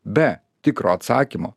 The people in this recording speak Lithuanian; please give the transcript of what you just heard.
be tikro atsakymo